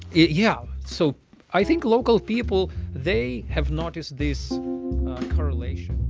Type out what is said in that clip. yeah. so i think local people they have noticed this correlation